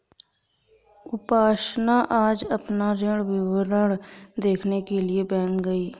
उपासना आज अपना ऋण विवरण देखने के लिए बैंक गई